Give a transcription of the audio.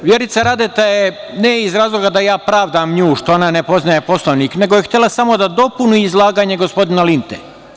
Vjerica Radeta je, ne iz razloga da ja pravdam nju što ona ne poznaje Poslovnik, nego je htela samo da dopuni izlaganje gospodina Linte.